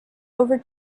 over